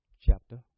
chapter